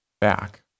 back